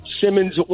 Simmons